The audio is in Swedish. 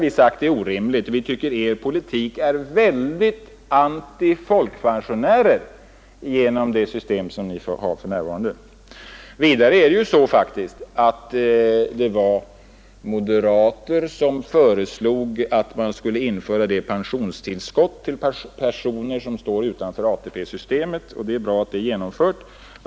Vi tycker Er politik är fientlig mot folkpensionärerna. Vidare var det faktiskt moderater som föreslog att man skulle införa ett pensionstillskott till personer som står utanför AP-systemet, och det är bra att det är genomfört.